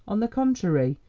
on the contrary,